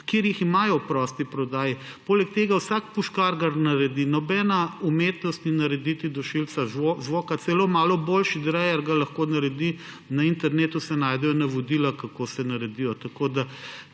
kjer jih imajo v prosti prodaji. Poleg tega ga vsak puškar naredi. Nobena umetnost ni narediti dušilca zvoka. Celo malo boljši drejer ga lahko naredi, na internetu se najdejo navodila, kako se naredi.